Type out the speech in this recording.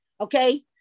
okay